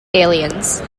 aliens